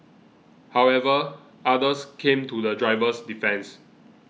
however others came to the driver's defence